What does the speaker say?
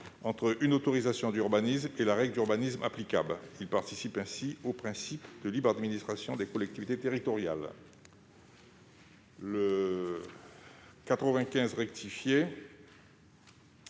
entre une autorisation d'urbanisme et la règle d'urbanisme applicable. Il participe à la mise en oeuvre du principe de libre administration des collectivités territoriales. L'amendement